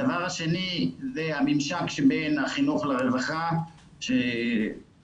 הדבר השני זה הממשק שבין החינוך לרווחה